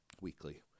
weekly